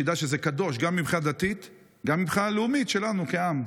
שידע שזה קדוש גם מבחינה דתית וגם מבחינה לאומית שלנו כעם.